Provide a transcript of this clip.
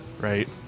right